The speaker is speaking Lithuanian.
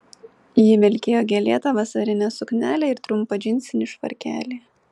ji vilkėjo gėlėtą vasarinę suknelę ir trumpą džinsinį švarkelį